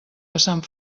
passant